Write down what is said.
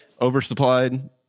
oversupplied